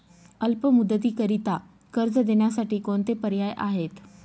अल्प मुदतीकरीता कर्ज देण्यासाठी कोणते पर्याय आहेत?